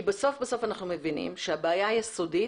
כי בסוף בסוף אנחנו מבינים שהבעיה היסודית